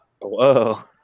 Whoa